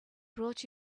brought